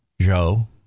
Joe